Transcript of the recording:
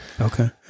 okay